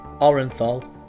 Orenthal